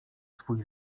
swój